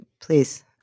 please